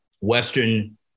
Western